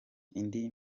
indi